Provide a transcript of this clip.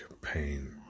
pain